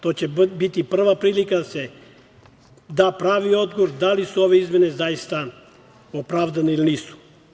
To će biti prva prilika da se dâ pravi odgovor da li su ove izmene zaista opravdane ili nisu.